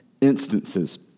instances